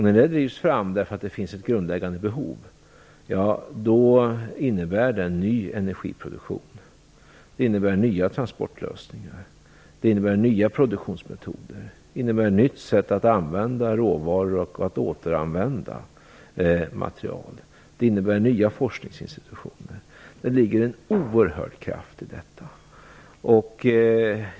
När den drivs fram därför att det finns ett grundläggande behov innebär den ny energiproduktion, nya transportlösningar, nya produktionsmetoder, nya sätt att använda råvaror och att återanvända material, nya forskningsinstitutioner. Det ligger en oerhörd kraft i detta.